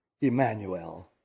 Emmanuel